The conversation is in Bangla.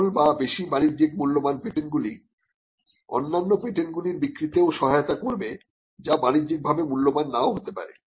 সফল বা বেশি বাণিজ্যিক মূল্যবান পেটেন্টগুলি অন্যান্য পেটেন্টগুলি র বিক্রিতেও সহায়তা করবে যা বাণিজ্যিকভাবে মূল্যবান নাও হতে পারে